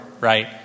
right